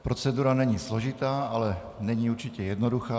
Procedura není složitá, ale není určitě jednoduchá.